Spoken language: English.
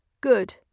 Good